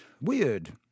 weird